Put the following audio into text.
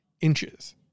inches